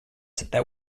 that